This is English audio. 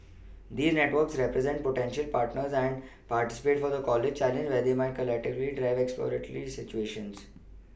these networks represent potential partners and participants for the college challenge where they may collectively drive exploratory solutions